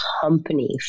company